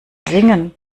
singen